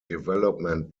development